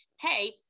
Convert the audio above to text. Hey